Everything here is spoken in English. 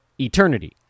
eternity